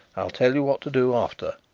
i'll tell you what to do after.